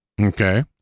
Okay